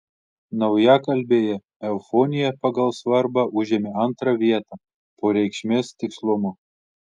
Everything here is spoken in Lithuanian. naujakalbėje eufonija pagal svarbą užėmė antrą vietą po reikšmės tikslumo